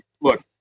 look